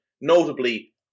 notably